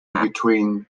between